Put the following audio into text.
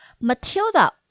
Matilda